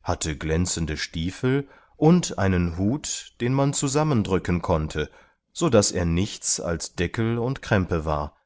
hatte glänzende stiefel und einen hut den man zusammendrücken konnte sodaß er nichts als deckel und krempe war